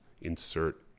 insert